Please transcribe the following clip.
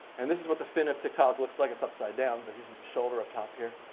and this is what the fin of tiktaalik looks like. it's upside down. but here's the the shoulder up top here.